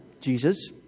Jesus